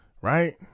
Right